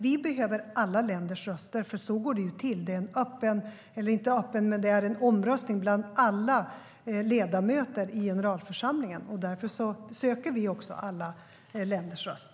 Vi behöver alla länders röster, för så går det ju till. Det är en omröstning bland alla medlemmar i generalförsamlingen, och därför söker vi också alla länders röst.